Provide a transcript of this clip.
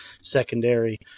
secondary